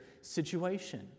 situation